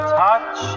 touch